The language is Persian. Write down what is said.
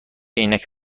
عینک